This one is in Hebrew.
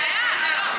זה לא.